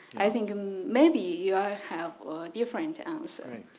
i think um maybe you have a different answer.